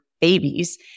babies